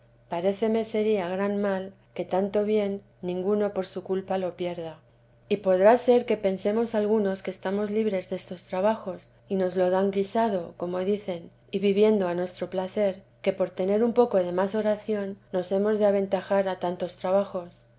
paréceme sería gran mal que tanto bien ninguno por su culpa lo pierda y podrá ser que pensemos algunos que estamos libres de estos trabajos y nos lo dan guisado como dicen y viviendo a nuestro placer que por tener un poco de más oración nos hemos de aventajar a tantos trabajos